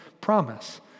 promise